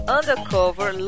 Undercover